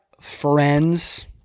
friends